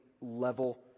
level